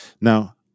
Now